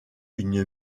une